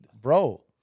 bro